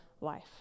life